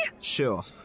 Sure